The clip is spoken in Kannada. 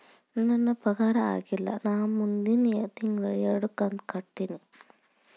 ನನ್ನ ಪಗಾರ ಆಗಿಲ್ಲ ನಾ ಮುಂದಿನ ತಿಂಗಳ ಎರಡು ಕಂತ್ ಕಟ್ಟತೇನಿ